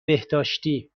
بهداشتی